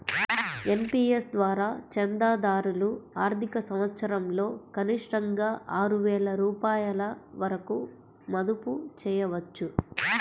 NPS ద్వారా చందాదారులు ఆర్థిక సంవత్సరంలో కనిష్టంగా ఆరు వేల రూపాయల వరకు మదుపు చేయవచ్చు